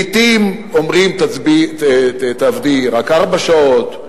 לעתים אומרים, תעבדי רק ארבע שעות,